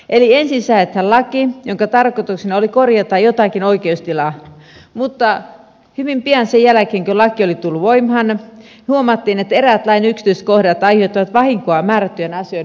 eli ensin säädetään laki jonka tarkoituksena oli korjata jotakin oikeustilaa mutta hyvin pian sen jälkeen kun laki oli tullut voimaan huomattiin että eräät lain yksityiskohdat aiheuttavat vahinkoa määrättyjen asioiden hoidolle